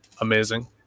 amazing